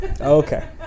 okay